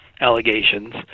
allegations